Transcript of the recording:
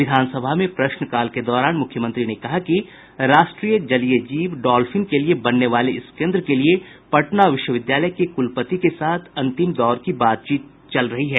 विधान सभा में प्रश्नकाल के दौरान मुख्यमंत्री ने कहा कि राष्ट्रीय जलीय जीव डॉल्फिन के लिए बनने वाले इस केंद्र के लिए पटना विश्वविद्यालय के कुलपति के साथ अंतिम दौर की बात चीत चल रही है